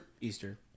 Easter